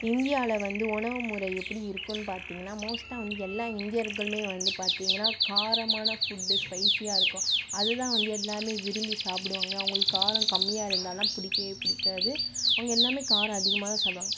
இந்தியாவில் வந்து உணவுமுறை எப்படி இருக்கும்னு பார்த்தீங்கன்னா மோஸ்ட்டாக வந்து எல்லா இந்தியர்களுமே வந்து பார்த்தீங்கன்னா காரமான ஃபுட் ஸ்பைசியாக இருக்கும் அதுதான் வந்து எல்லாருமே விரும்பி சாப்பிடுவாங்க அவங்களுக்கு காரம் கம்மியாக இருந்தால்லாம் பிடிக்கவே பிடிக்காது அவங்க எல்லாமே காரம் அதிகமாக தான் சாப்பிடுவாங்க